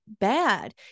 bad